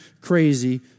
crazy